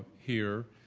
here,